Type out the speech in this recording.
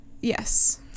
Yes